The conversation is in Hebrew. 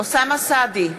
אוסאמה סעדי,